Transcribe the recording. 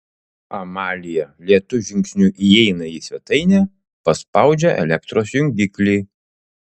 amalija lėtu žingsniu įeina į svetainę paspaudžia elektros jungiklį